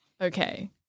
okay